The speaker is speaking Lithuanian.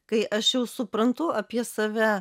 kai aš jau suprantu apie save